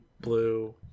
blue